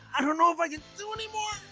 i don't know if i can do any more!